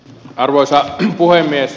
arvoisa puhemies